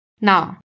Now